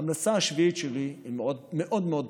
ההמלצה השביעית שלי היא מאוד מאוד פשוטה: